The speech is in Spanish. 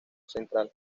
central